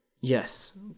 Yes